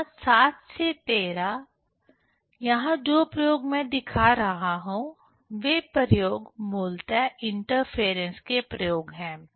यहाँ 7 से 13 यहाँ जो प्रयोग मैं दिखा रहा हूँ वे प्रयोग मूलतः इंटरफेरेंस के प्रयोग हैं